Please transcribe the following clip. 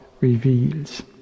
reveals